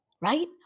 right